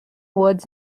woods